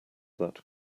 that